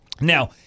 Now